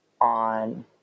on